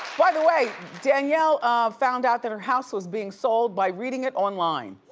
by the way, danielle found out that her house was being sold by reading it online.